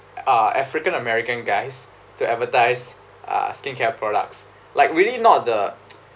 uh african american guys to advertise uh skincare products like really not the